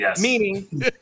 meaning